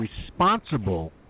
responsible